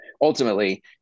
ultimately